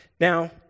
Now